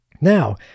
Now